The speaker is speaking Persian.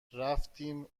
رفتم